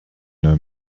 know